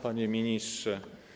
Panie Ministrze!